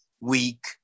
weak